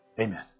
amen